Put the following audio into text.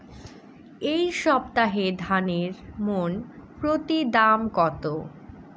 এই সপ্তাহে ধানের মন প্রতি দাম কত?